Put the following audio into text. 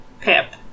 Pip